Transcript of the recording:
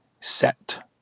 set